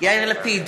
יאיר לפיד,